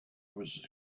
was